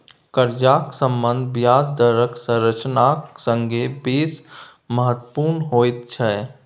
कर्जाक सम्बन्ध ब्याज दरक संरचनाक संगे बेस महत्वपुर्ण होइत छै